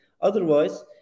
Otherwise